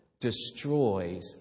destroys